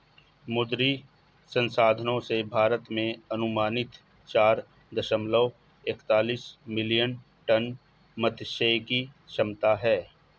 मुद्री संसाधनों से, भारत में अनुमानित चार दशमलव एकतालिश मिलियन टन मात्स्यिकी क्षमता है